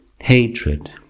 hatred